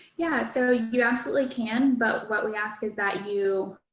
yeah, so you absolutely can. but what we ask is that you